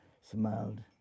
smiled